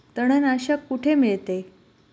तणनाशक कुठे मिळते?